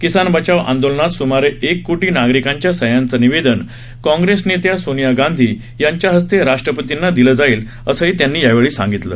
किसान बचाव आंदोलनात सुमारे एक कोटी नागरिकांच्या सह्यांचं निवेदन काँग्रेस नेत्या सोनिया गांधी यांच्या हस्ते राष्ट्रपतींना दिलं जाईल असं त्यांनी सांगितलं